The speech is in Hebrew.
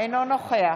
אינו נוכח